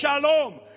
shalom